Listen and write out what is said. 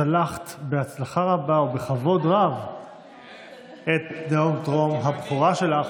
צלחת בהצלחה רבה ובכבוד רב את נאום טרום-טרום-הבכורה שלך.